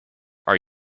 are